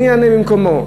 ואני אענה במקומו: